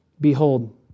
Behold